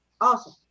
Awesome